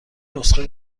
نسخه